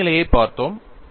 எல்லை நிலையைப் பார்த்தோம்